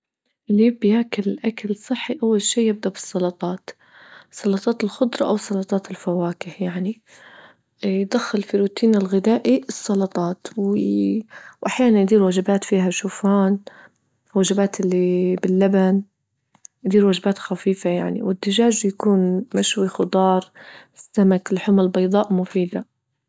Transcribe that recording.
لي بياكل أكل صحي، أول شي يبدأ بالسلطات، سلطات الخضرة او سلطات الفواكه يعني اللي يضخ الروتين الغذائي السلطات، و وأحيانا يدير وجبات فيها شوفان وجبات اللي باللبن يدير وجبات خفيفة يعني، والدجاج بيكون مشوي خضار سمك اللحوم البيضاء مفيدة.